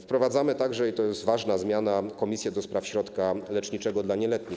Wprowadzamy także, i to jest ważna zmiana, komisję do spraw środka leczniczego dla nieletnich.